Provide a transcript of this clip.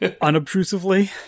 unobtrusively